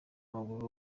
w’amaguru